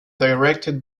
directed